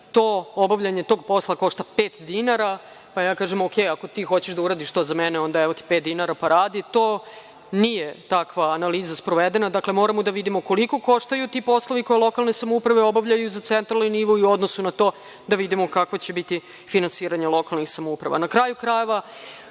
- obavljanje tog posla košta pet dinara, pa ja kažem - okej, ako ti hoćeš da uradiš to za mene, onda evo ti pet dinara, pa radi to. Nije takva analiza sprovedena. Dakle, moramo da vidimo koliko koštaju ti poslovi koje lokalne samouprave obavljaju za centralni nivo i u odnosu na to da vidimo kakvo će biti finansiranje lokalnih samouprava. Na kraju krajeva,